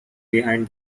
behind